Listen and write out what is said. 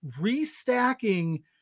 restacking